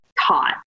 taught